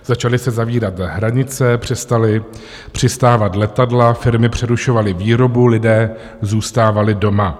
Začaly se zavírat hranice, přestala přistávat letadla, firmy přerušovaly výrobu, lidé zůstávali doma.